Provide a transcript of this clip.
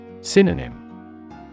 Synonym